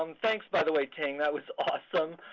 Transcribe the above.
um thanks, by the way, ting. that was awesome.